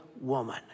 woman